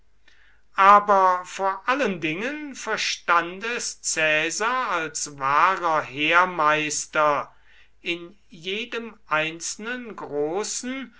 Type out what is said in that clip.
aber vor allen dingen verstand es caesar als wahrer heermeister in jedem einzelnen großen